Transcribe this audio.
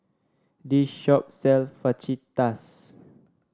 this shop sells Fajitas